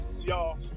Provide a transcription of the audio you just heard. y'all